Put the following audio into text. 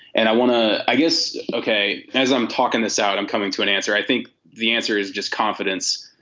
and i want to, i guess. ok. as i'm talking this out, i'm coming to an answer. i think the answer is just confidence.